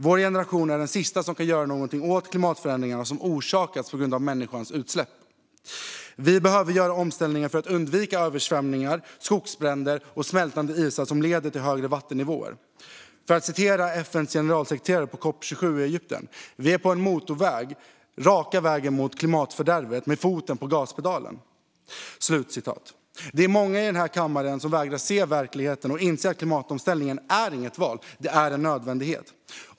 Vår generation är den sista som kan göra något åt de klimatförändringar som orsakats av människans utsläpp. Vi behöver göra omställningar för att undvika översvämningar, skogsbränder och smältande isar som leder till högre vattennivåer. För att använda de ord som FN:s generalsekreterare yttrade på COP 27 i Egypten: Vi är på en motorväg, raka vägen mot klimatfördärvet, med foten på gaspedalen. Det är många i den här kammaren som vägrar se verkligheten och inse att klimatomställningen inte är ett val utan en nödvändighet.